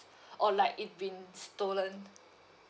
or like it been stolen